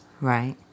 Right